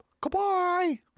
Goodbye